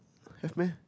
have meh